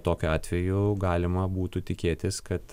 tokiu atveju galima būtų tikėtis kad